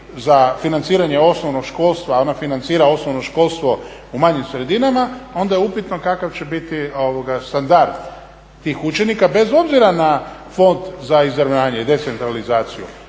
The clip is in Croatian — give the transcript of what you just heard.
za financiranje osnovnog školstva a ona financira osnovno školstvo u manjim sredinama onda je upitno kakav će biti standard tih učenika bez obzira na fond za … i decentralizaciju.